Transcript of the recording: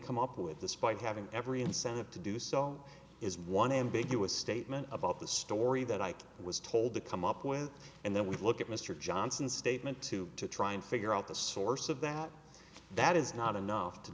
come up with this by having every incentive to do so is one ambiguous statement about the story that i was told to come up with and then we look at mr johnson statement to try and figure out the source of that that is not enough to